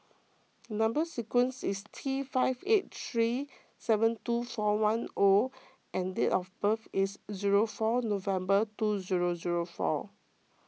Number Sequence is T five eight three seven two four one O and date of birth is zero four November two zero zero four